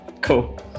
cool